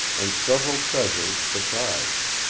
and several treasures besides.